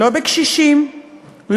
לא בקשישים,